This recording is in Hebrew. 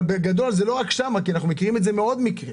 אבל אנחנו מכירים את זה מעוד מקרים.